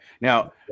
Now